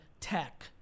tech